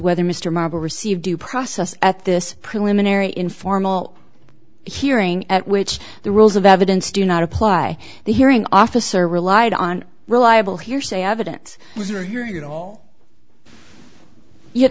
whether mr marble received due process at this preliminary informal hearing at which the rules of evidence do not apply the hearing officer relied on reliable hearsay evidence was or hearing it all ye